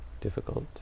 difficult